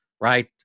right